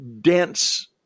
dense